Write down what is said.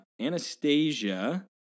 Anastasia